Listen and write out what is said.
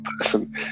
person